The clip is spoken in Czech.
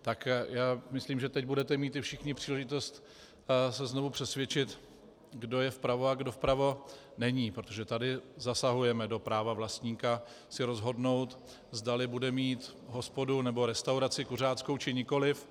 Tak myslím, že teď budete mít všichni příležitost se znovu přesvědčit, kdo je vpravo a kdo vpravo není, protože tady zasahujeme do práva vlastníka se rozhodnout, zdali bude mít hospodu nebo restauraci kuřáckou, či nikoliv.